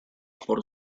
por